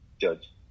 judge